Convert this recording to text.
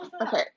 Okay